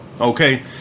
Okay